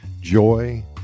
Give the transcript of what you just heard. joy